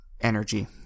energy